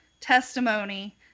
testimony